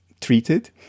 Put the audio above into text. treated